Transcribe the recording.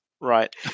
Right